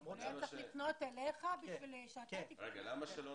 הוא היה צריך לפנות אליך כדי שאתה תטפל בזה.